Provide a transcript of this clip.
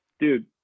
Dude